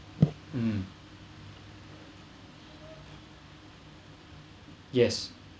mm yes